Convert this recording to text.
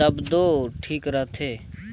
तब दो ठीक रहथे